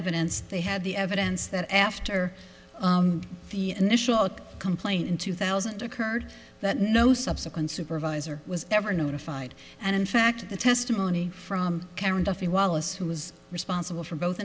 evidence they had the evidence that after the initial complaint in two thousand occurred that no subsequent supervisor was ever notified and in fact the testimony from karen duffy wallace who is responsible for both